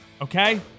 Okay